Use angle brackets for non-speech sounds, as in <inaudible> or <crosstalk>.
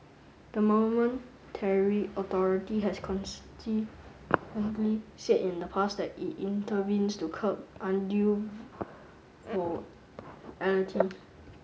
the <unintelligible> authority has consistently said in the past that it intervenes to curb undue <unintelligible> volatility